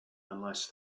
unless